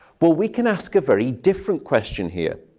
well, we can ask a very different question here.